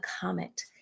comment